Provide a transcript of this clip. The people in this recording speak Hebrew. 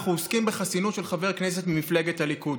אנחנו עוסקים בחסינות של חבר הכנסת ממפלגת הליכוד.